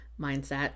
mindset